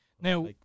Now